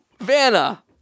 Vanna